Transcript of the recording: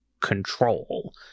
control